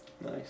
nice